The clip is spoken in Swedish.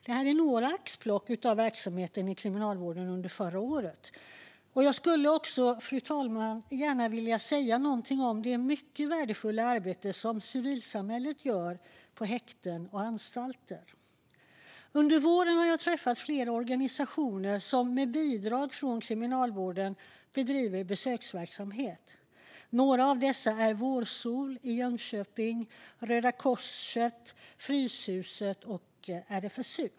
Detta var ett axplock ur kriminalvårdens verksamhet under förra året. Fru talman! Jag ska också säga något om det mycket värdefulla arbete som civilsamhället gör på häkten och anstalter. Under våren har jag träffat flera organisationer som med bidrag från Kriminalvården bedriver besöksverksamhet. Några av dessa är Vårsol i Jönköping, Röda Korset, Fryshuset och RFSU.